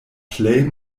plej